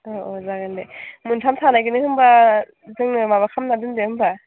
जागोन दे मोनथाम थानायखौनो होनबा जोंनो माबा खालामना दोन्दो होनबा